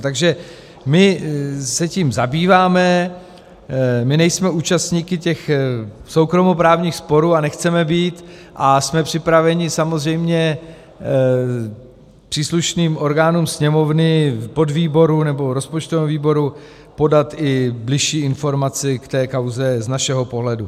Takže my se tím zabýváme, my nejsme účastníky soukromoprávních sporů a nechceme být, a jsme připraveni příslušným orgánům Sněmovny, podvýboru nebo rozpočtovému výboru podat i bližší informaci k té kauze z našeho pohledu.